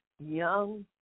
young